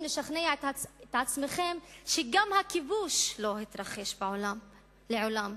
לשכנע את עצמכם שגם הכיבוש לא התרחש מעולם,